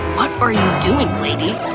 what are you doing, lady?